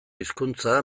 hizkuntza